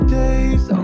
days